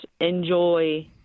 enjoy